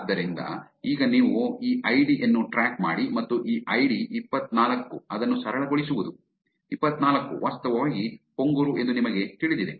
ಆದ್ದರಿಂದ ಈಗ ನೀವು ಈ ಐಡಿ ಯನ್ನು ಟ್ರ್ಯಾಕ್ ಮಾಡಿ ಮತ್ತು ಈ ಐಡಿ ಇಪ್ಪತ್ತನಾಲ್ಕು ಅದನ್ನು ಸರಳಗೊಳಿಸುವುದು ಇಪ್ಪತ್ತನಾಲ್ಕು ವಾಸ್ತವವಾಗಿ ಪೊಂಗುರು ಎಂದು ನಿಮಗೆ ತಿಳಿದಿದೆ